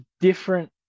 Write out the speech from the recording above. different